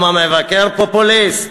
גם המבקר פופוליסט?